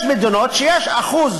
יש מדינות שיש בהן אחוז